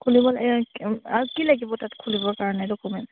খুলিব লাগিব আৰু কি লাগিব তাত খুলিবৰ কাৰণে ডকুমেণ্ট